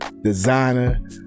designer